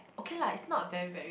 okay lah it's not very very